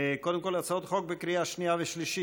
קודם כול הצעות חוק בקריאה שנייה ושלישית.